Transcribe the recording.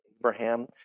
Abraham